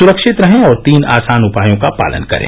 सुरक्षित रहें और तीन आसान उपायों का पालन करें